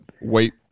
wait